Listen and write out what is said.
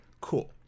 Cool